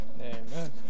Amen